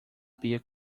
pia